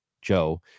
joe